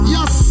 Yes